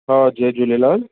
हा जय झूलेलाल